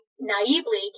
naively